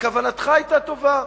וכוונתך היתה טובה.